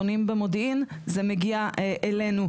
בונים במודיעין, זה מגיע אלינו.